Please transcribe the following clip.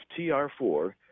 TR4